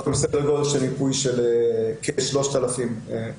אנחנו עם סדר גודל של מיפוי של כ-3,000 מקומות